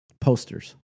Posters